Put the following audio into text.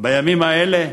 בימים האלה,